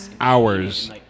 hours